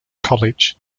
college